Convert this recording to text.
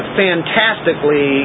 fantastically